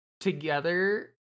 Together